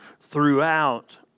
throughout